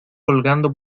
colgando